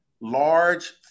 large